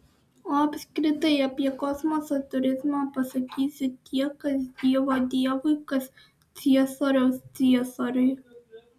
o apskritai apie kosmoso turizmą pasakysiu tiek kas dievo dievui kas ciesoriaus ciesoriui